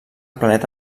planeta